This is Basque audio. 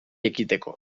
ekiteko